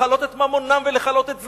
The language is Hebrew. לכלות את ממונם ולכלות את זמנם,